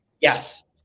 Yes